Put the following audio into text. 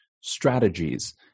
strategies